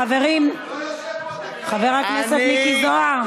חבר הכנסת מיקי זוהר,